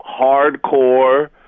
hardcore